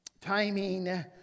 Timing